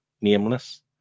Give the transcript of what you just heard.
Nameless